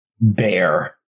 bear